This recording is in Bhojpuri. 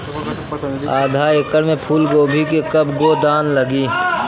आधा एकड़ में फूलगोभी के कव गो थान लागी?